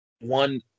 One